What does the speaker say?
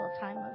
time